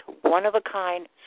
one-of-a-kind